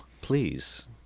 please